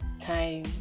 time